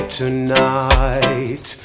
tonight